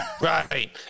Right